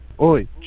Oi